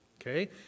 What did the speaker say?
Okay